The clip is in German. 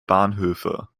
bahnhöfe